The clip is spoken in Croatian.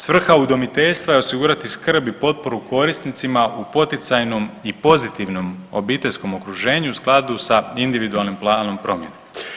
Svrha udomiteljstva je osigurati skrb i potporu korisnicima u poticajnom i pozitivnom obiteljskom okruženju u skladu s individualnim planom promjene.